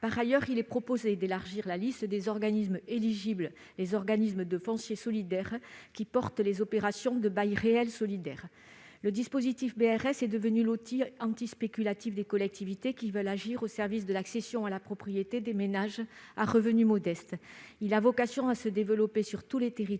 par ailleurs, d'élargir la liste des organismes éligibles pour inclure les organismes de foncier solidaire qui portent les opérations de bail réel solidaire. Le dispositif BRS est devenu l'outil anti-spéculatif des collectivités qui veulent agir au service de l'accession à la propriété des ménages à revenus modestes. Il a vocation à se développer sur tous les territoires,